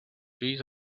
fills